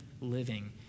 living